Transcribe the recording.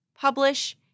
publish